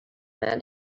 man